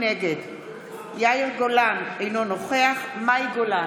נגד יאיר גולן, אינו נוכח מאי גולן,